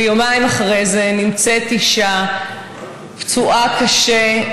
ויומיים אחרי זה נמצאת אישה פצועה קשה,